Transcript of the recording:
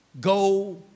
go